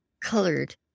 colored